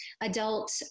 adult